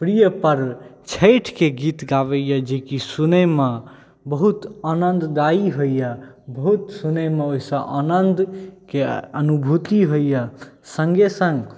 प्रिय पर्व छठिके गीत गाबैए जे सुनैमे बहुत आनन्ददायी होइए बहुत सुनैमे ओहिसँ आनन्दके अनुभुति होइए सङ्गहि सङ्ग